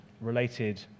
related